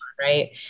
right